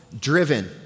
Driven